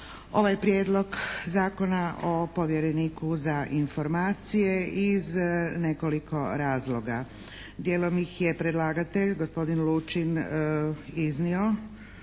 ovaj Prijedlog zakona o povjereniku za informacije iz nekoliko razloga. Dijelom ih je predlagatelj, gospodin Lučin iznio